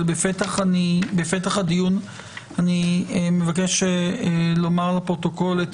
בפתח הדיון אני מבקש לומר לפרוטוקול את